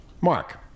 Mark